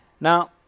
Now